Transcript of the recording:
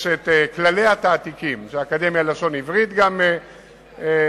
יש את כללי התעתיק שהאקדמיה ללשון עברית הוציאה.